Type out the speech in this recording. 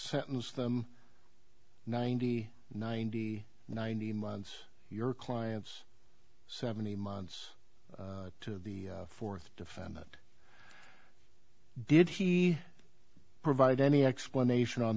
sentence them ninety ninety ninety months your client's seventy months to the fourth defendant did he provide any explanation on